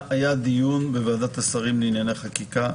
היה דיון בוועדת השרים לענייני חקיקה.